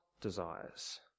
desires